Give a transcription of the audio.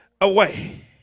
away